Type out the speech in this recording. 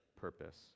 purpose